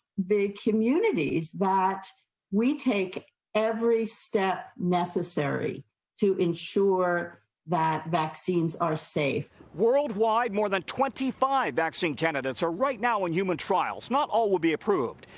the community that we take every step necessary to ensure that vaccines are safe. reporter worldwide, more than twenty five vaccine candidates are right now in human trials. not all will be approved.